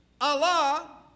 Allah